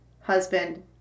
husband